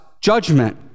judgment